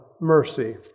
mercy